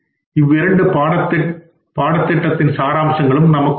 இவ்விரண்டு பாடத்திட்டத்தின் சாராம்சங்களும் நமக்கு உதவும்